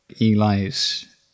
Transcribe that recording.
Eli's